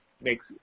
makes